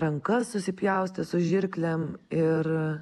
rankas susipjaustė su žirklėm ir